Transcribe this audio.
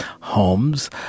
homes